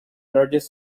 largest